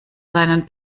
seinen